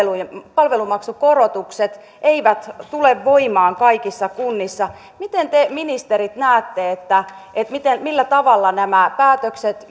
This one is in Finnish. palvelumaksukorotukset eivät tule voimaan kaikissa kunnissa miten te ministerit näette millä tavalla nämä päätökset